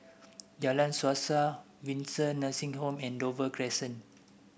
Jalan Suasa Windsor Nursing Home and Dover Crescent